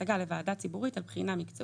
הגשת השגה לוועדה ציבורית על בחינה מקצועית,